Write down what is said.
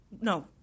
no